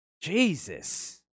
Jesus